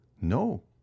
No